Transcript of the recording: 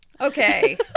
Okay